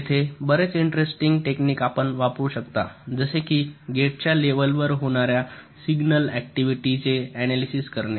येथे बरेच interesting technique आपण वापरू शकता जसे कि गेट्सच्या लेव्हलवर होणाऱ्या सिग्नल अॅक्टिव्हिटीजचे अनॅलिसिस करणे